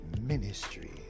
Ministry